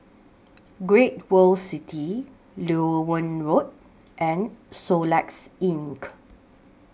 Great World City Loewen Road and Soluxe Ink